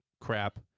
crap